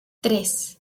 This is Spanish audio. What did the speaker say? tres